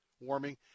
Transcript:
warming